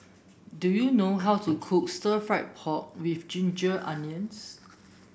do you know how to cook Stir Fried Pork with Ginger Onions